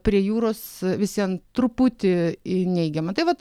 prie jūros vis vien truputį į neigiamą tai vat